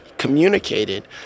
communicated